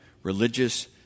Religious